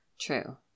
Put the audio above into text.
True